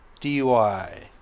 dui